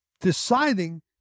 deciding